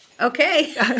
Okay